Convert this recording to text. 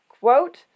quote